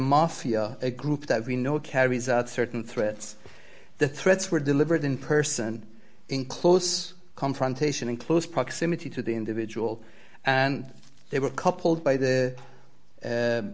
mafia a group that we know carries out certain threats the threats were delivered in person in close confrontation in close proximity to the individual and they were coupled by the